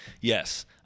Yes